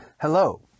Hello